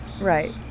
Right